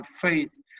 faith